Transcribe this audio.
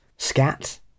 scat